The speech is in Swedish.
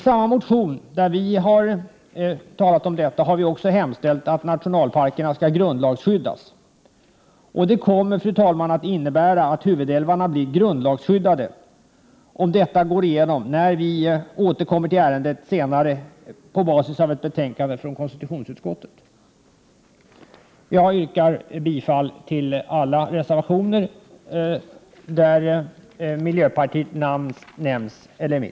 I samma motion där vi har talat om detta har vi också hemställt att nationalparkerna skall grundlagsskyddas. Det innebär att huvudälvarna blir grundlagsskyddade om förslaget går igenom, när vi återkommer till ärendet senare på basis av ett betänkande från konstitutionsutskottet. Jag yrkar bifall till alla reservationer där mitt namn finns med.